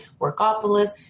Workopolis